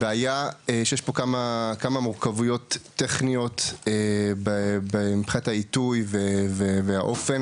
הבעיה שיש פה כמה מורכבויות טכניות מבחינת העיתוי והאופן.